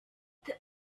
the